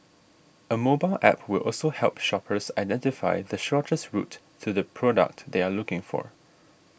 a mobile App will also help shoppers identify the shortest route to the product they are looking for